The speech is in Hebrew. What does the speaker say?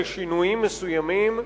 לשינויים מסוימים,